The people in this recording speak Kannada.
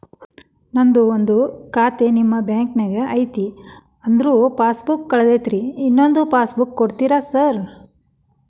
ನಂದು ಒಂದು ಖಾತೆ ನಿಮ್ಮ ಬ್ಯಾಂಕಿನಾಗ್ ಐತಿ ಅದ್ರದು ಪಾಸ್ ಬುಕ್ ಕಳೆದೈತ್ರಿ ಇನ್ನೊಂದ್ ಪಾಸ್ ಬುಕ್ ಕೂಡ್ತೇರಾ ಸರ್?